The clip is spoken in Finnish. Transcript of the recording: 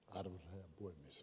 arvoisa herra puhemies